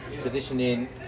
positioning